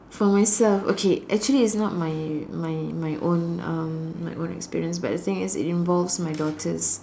for myself okay actually it's not my my my own um my own experience but the thing is it involves my daughter's